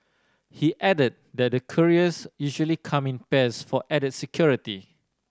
he added that the couriers usually come in pairs for added security